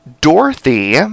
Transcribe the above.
Dorothy